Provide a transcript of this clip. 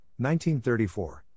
1934